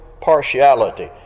partiality